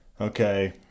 okay